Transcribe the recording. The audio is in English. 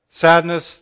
sadness